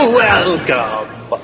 welcome